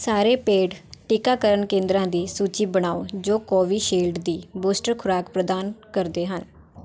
ਸਾਰੇ ਪੇਡ ਟੀਕਾਕਰਨ ਕੇਂਦਰਾਂ ਦੀ ਸੂਚੀ ਬਣਾਓ ਜੋ ਕੋਵਿਸ਼ਿਲਡ ਦੀ ਬੂਸਟਰ ਖੁਰਾਕ ਪ੍ਰਦਾਨ ਕਰਦੇ ਹਨ